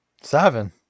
Seven